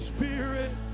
Spirit